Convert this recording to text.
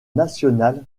national